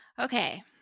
okay